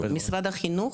משרד החינוך.